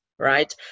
right